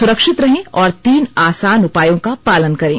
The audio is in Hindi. सुरक्षित रहें और तीन आसान उपायों का पालन करें